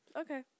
Okay